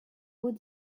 hauts